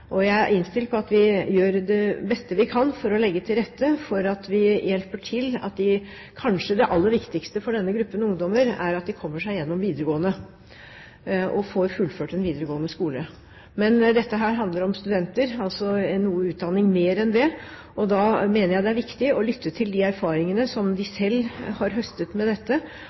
Jeg er innstilt på at vi skal gjøre det beste vi kan for å legge til rette for å hjelpe til med kanskje det aller viktigste for denne gruppen ungdommer, at de kommer seg gjennom videregående og får fullført en videregående skole. Men dette handler om studenter – altså noe utdanning ut over videregående – og da mener jeg det er viktig å lytte til de erfaringene som de selv har høstet. Sammen med i dette